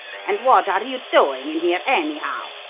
and what are you doing in here, anyhow?